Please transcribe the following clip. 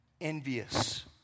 envious